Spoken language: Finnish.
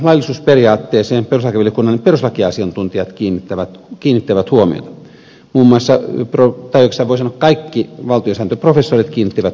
tähän rikosoikeudelliseen laillisuusperiaatteeseen perustuslakivaliokunnan perustuslakiasiantuntijat kiinnittävät huomiota tai oikeastaan voi sanoa että kaikki valtiosääntöprofessorit kiinnittivät siihen huomiota